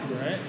right